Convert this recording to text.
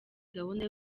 gahunda